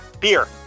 Beer